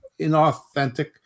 inauthentic